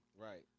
Right